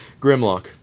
Grimlock